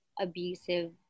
abusive